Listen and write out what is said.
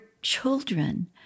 children